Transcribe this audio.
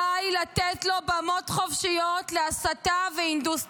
די לתת לו במות חופשיות להסתה והנדוס תודעה.